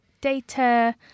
data